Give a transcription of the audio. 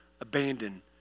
abandon